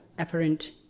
Apparent